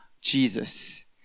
Jesus